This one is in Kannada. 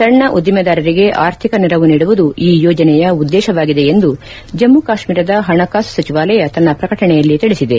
ಸಣ್ಣ ಉದ್ವಿದಾರರಿಗೆ ಆರ್ಥಿಕ ನೆರವು ನೀಡುವುದು ಈ ಯೋಜನೆಯ ಉದ್ದೇಶವಾಗಿದೆ ಎಂದು ಜಮ್ನು ಕಾಶ್ಮೀರದ ಹಣಕಾಸು ಸಚಿವಾಲಯ ತನ್ನ ಪ್ರಕಟಣೆಯಲ್ಲಿ ತಿಳಬದೆ